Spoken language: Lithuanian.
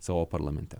savo parlamente